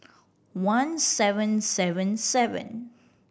one seven seven seven